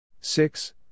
Six